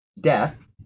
death